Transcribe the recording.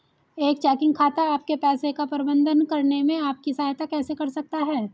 एक चेकिंग खाता आपके पैसे का प्रबंधन करने में आपकी सहायता कैसे कर सकता है?